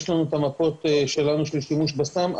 יש לנו את המפות שלנו של השימוש בסם,